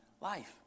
life